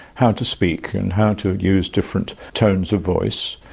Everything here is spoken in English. how to speak and how to use different tones of voice.